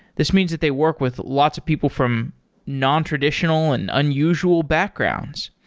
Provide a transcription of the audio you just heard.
this means that they work with lots of people from nontraditional and unusual backgrounds.